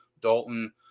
Dalton